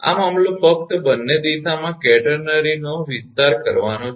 આ મામલો ફક્ત બંને દિશામાં કેટરનરીનો વિસ્તાર કરવાનો છે